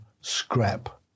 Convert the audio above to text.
scrap